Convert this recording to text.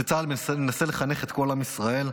שצה"ל מנסה לחנך את כל עם ישראל?